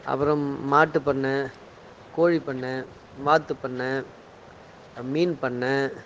அப்புறம் மாட்டுப்பண்ண கோழிப்பண்ண வாத்துப்பண்ணை மீன்பண்ணை